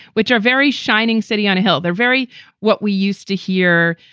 which are very shining city on a hill, they're very what we used to hear,